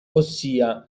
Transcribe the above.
ossia